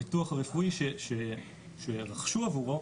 הביטוח הרפואי שרכשו עבורו,